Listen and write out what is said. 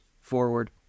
forward